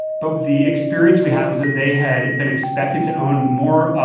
but the experience we had was that they had been expected to own more